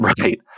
Right